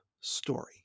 story